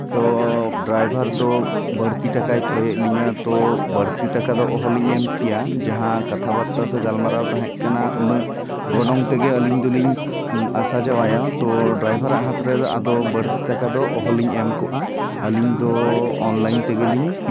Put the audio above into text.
ᱛᱚ ᱰᱨᱟᱭᱵᱷᱟᱨ ᱫᱚ ᱵᱟᱹᱲᱛᱤ ᱴᱟᱠᱟᱭ ᱠᱷᱚᱭᱮᱫ ᱞᱤᱧᱟᱹ ᱛᱳ ᱵᱟᱹᱲᱛᱤ ᱴᱟᱠᱟ ᱫᱚ ᱚᱦᱚᱞᱤᱧ ᱮᱢ ᱠᱮᱭᱟ ᱡᱟᱦᱟᱸ ᱠᱟᱛᱷᱟ ᱵᱟᱨᱛᱟ ᱥᱮ ᱜᱟᱞᱢᱟᱨᱟᱣ ᱛᱟᱦᱮᱸ ᱠᱟᱱᱟ ᱩᱱᱟᱹᱜ ᱜᱚᱱᱚᱝ ᱛᱮᱜᱮ ᱟᱹᱞᱤᱧ ᱫᱚᱞᱤᱧ ᱟᱥᱟ ᱡᱟᱣᱟᱭᱟ ᱛᱳ ᱰᱨᱟᱭᱵᱷᱟᱨᱟᱜ ᱦᱟᱛ ᱨᱮᱫᱚ ᱵᱟᱹᱲᱛᱤ ᱴᱟᱠᱟ ᱫᱚ ᱚᱦᱚᱞᱤᱧ ᱮᱢ ᱠᱚᱜᱼᱟ ᱟᱹᱞᱤᱧ ᱫᱚ ᱚᱱᱞᱟᱭᱤᱱ ᱛᱮᱜᱮ ᱞᱤᱧ